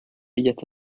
yet